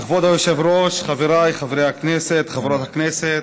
כבוד היושב-ראש, חבריי חברי הכנסת, חברות הכנסת,